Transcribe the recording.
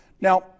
Now